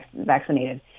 vaccinated